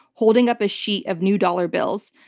holding up a sheet of new dollar bills.